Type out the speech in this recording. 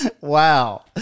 Wow